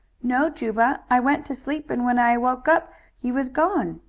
no, juba. i went to sleep and when i woke up he was gone.